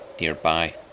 nearby